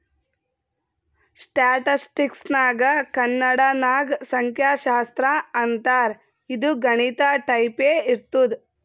ಸ್ಟ್ಯಾಟಿಸ್ಟಿಕ್ಸ್ಗ ಕನ್ನಡ ನಾಗ್ ಸಂಖ್ಯಾಶಾಸ್ತ್ರ ಅಂತಾರ್ ಇದು ಗಣಿತ ಟೈಪೆ ಇರ್ತುದ್